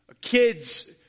kids